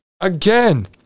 Again